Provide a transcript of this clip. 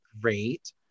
Great